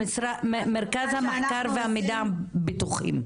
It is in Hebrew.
מרכז המחקר והמידע בטוחים.